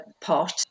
pot